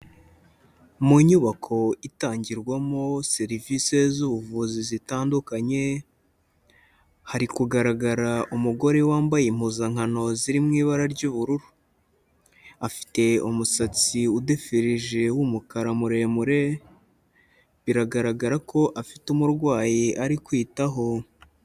Mu nyubako itangirwamo serivisi z'ubuvuzi zitandukanye, hari kugaragara umugore wambaye impuzankano ziri mu ibara ry'ubururu. Afite umusatsi udefirije w'umukara muremure, biragaragara ko afite umurwayi ari kwitaho.